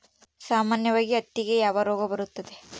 ಸಾಮಾನ್ಯವಾಗಿ ಹತ್ತಿಗೆ ಯಾವ ರೋಗ ಬರುತ್ತದೆ?